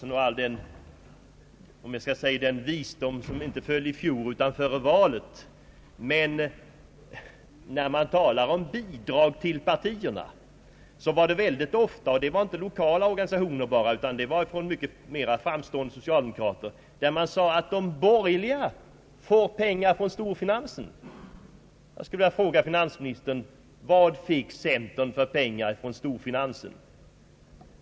Från socialdemokratiskt håll — och det var inte bara partiets lokala organisationer utan även mycket framstående socialdemokrater — talades det mycket om bidrag till partierna och att de borgerliga får pengar från storfinansen. Jag vill fråga finansministern: Vilka pengar fick centern från storfinansen?